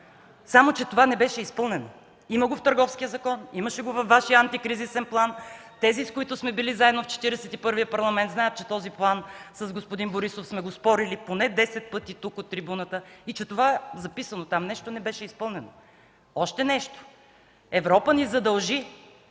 Само че това не беше изпълнено. Има го в Търговския закон, имаше го във Вашия Антикризисен план. Тези, с които сме били заедно в Четиридесет и първия Парламент, знаят, че този план – с господин Борисов сме спорили поне 10 пъти тук, от трибуната, и че това, записано нещо там, не беше изпълнено. Още нещо – Европа ни задължи